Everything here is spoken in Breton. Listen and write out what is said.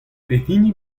pehini